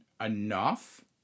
enough